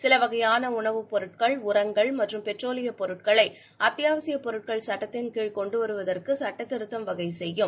சில வகையான உணவு பொருட்கள் உரங்கள் மற்றும் பெட்ரோலிய பொருட்களை அத்தியாவசிய பொருட்கள் சுட்டத்தின் கீழ் கொண்டு வருவதற்கு சுட்ட திருத்தம் வகை செய்யும்